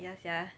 ya sia